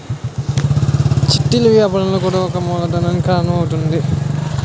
చిట్టీలు వ్యాపారం కూడా ఒక మూలధనానికి కారణం అవుతుంది